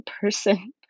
person